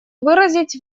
выразить